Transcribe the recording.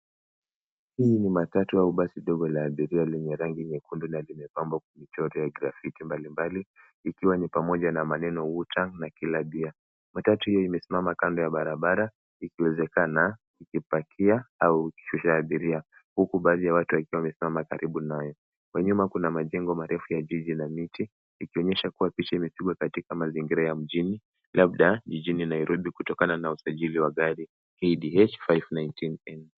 Hii ni matatu au basi ndogo la abiria lenye rangi nyekundu na limechorwa kwa michoro ya graffiti mbalimbali ikiwa ni pamoja na neno Wu-Tang na Killer Deer . Matatu hiyo imesimama kando ya barabara ikiwezekana likipakia au likishusha abiria huku baadhi ya watu wakiwa wamesimama karibu naye. Kwa nyuma kuna majengo marefu ya jiji na miti ikionyesha kuwa picha imepigwa katika mazingira ya mjini labda jijini Nairobi kutokana na namba ya usajili wa gari hili KDH 519N.